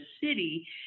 city